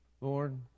Lord